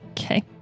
Okay